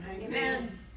Amen